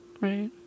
Right